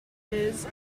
his